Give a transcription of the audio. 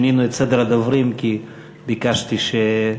שינינו את סדר הדוברים כי ביקשתי שבנו-ממשיכו